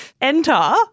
Enter